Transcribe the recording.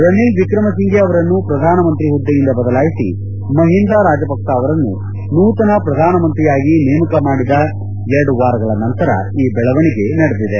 ರನಿಲ್ ವಿಕ್ರಂಸಿಂಘೆ ಅವರನ್ನು ಪ್ರಧಾನಮಂತ್ರಿ ಹುದ್ದೆಯಿಂದ ಬದಲಾಯಿಸಿ ಮಹಿಂದಾ ರಾಜಪಕ್ಲ ಅವರನ್ನು ನೂತನ ಪ್ರಧಾನಮಂತ್ರಿಯಾಗಿ ನೇಮಕ ಮಾಡಿದ ಎರಡು ವಾರಗಳ ನಂತರ ಈ ಬೆಳವಣಿಗೆ ನಡೆದಿದೆ